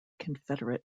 confederate